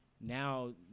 now